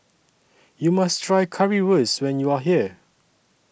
YOU must Try Currywurst when YOU Are here